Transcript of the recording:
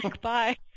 bye